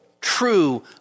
true